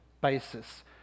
basis